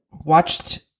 watched